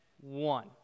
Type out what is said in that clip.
one